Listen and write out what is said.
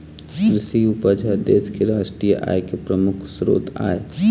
कृषि उपज ह देश के रास्टीय आय के परमुख सरोत आय